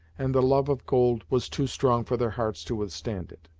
and the love of gold was too strong for their hearts to withstand it.